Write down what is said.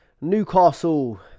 Newcastle